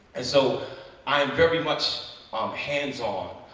and so i am very much um hands-on.